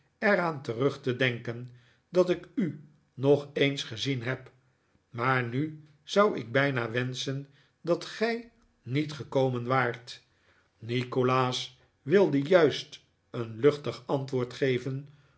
aan terug te denken dat ik u nog eens gezien heb maar nu zou ik bijna wenschen dat gij niet gekomen waart nikolaas wilde juist een luchtig antwoord geven